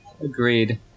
Agreed